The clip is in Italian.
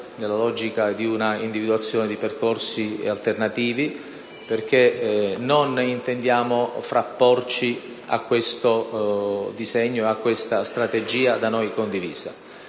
in una logica volta ad individuare percorsi alternativi, perché non intendiamo frapporci a questo disegno e a questa strategia da noi condivisa.